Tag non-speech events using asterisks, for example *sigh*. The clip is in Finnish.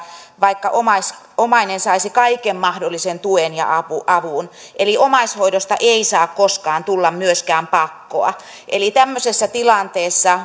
vaikka omainen saisi kaiken mahdollisen tuen ja avun eli omaishoidosta ei saa koskaan tulla myöskään pakkoa tämmöisessä tilanteessa *unintelligible*